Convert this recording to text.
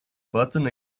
button